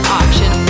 option